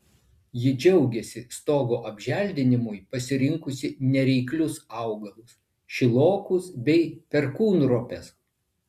ji džiaugiasi stogo apželdinimui pasirinkusi nereiklius augalus šilokus bei perkūnropes